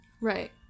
Right